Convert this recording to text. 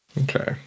Okay